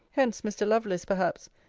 hence mr. lovelace, perhaps,